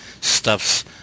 stuffs